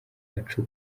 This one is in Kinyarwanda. bacu